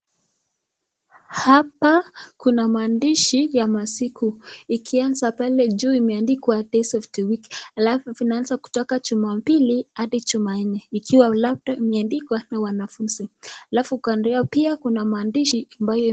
Hapa kuna maandishi ya masiku ikianza pale juu imeandikwa Days of the Week . Halafu inaanza kutoka Jumapili hadi Jumanne ikiwa labda imeandikwa na wanafunzi. Halafu kando yao pia kuna maandishi.